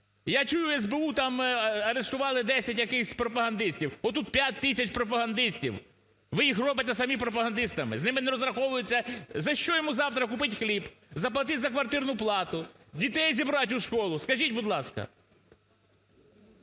Я чую СБУ, там арештували десять якихсь пропагандистів. Отут 5 тисяч пропагандистів, ви їх робите самі пропагандистами, з ними не розраховуються… За що йому завтра купить хліб, заплатить за квартирну плату, дітей зібрати у школу, скажіть, будь ласка.